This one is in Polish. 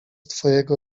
twojego